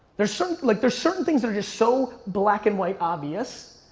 there's so like there's certain things that are just so black and white obvious,